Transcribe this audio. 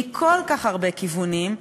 מכל כך הרבה כיוונים,